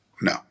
no